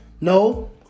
No